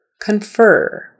Confer